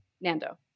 Nando